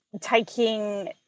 taking